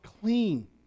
clean